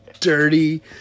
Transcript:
dirty